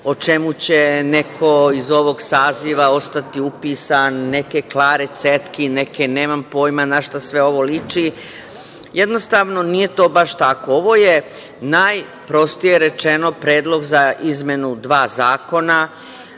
o čemu će neko iz ovog saziva ostati upisan, neke Klare Cetkin, neke, nemam pojma našta sva ovo liči. jednostavno nije to baš to tako. Ovo je najprostije rečeno predlog za izmenu dva zakona